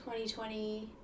2020